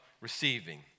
receiving